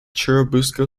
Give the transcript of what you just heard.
churubusco